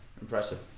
Impressive